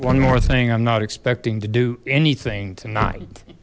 one more thing i'm not expecting to do anything tonight